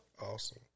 awesome